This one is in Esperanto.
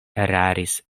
eraris